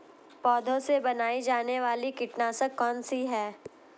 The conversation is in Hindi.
पौधों से बनाई जाने वाली कीटनाशक कौन सी है?